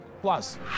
Plus